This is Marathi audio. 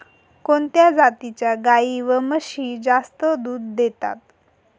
कोणत्या जातीच्या गाई व म्हशी जास्त दूध देतात?